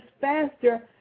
faster